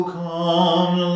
come